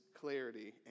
clarity